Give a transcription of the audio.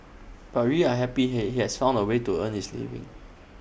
but we are happy he he has found A way to earn his living